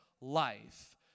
life